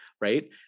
right